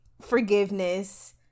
forgiveness